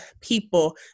people